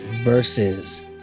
versus